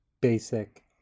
basic